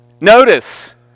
Notice